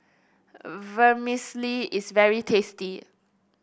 vermicelli is very tasty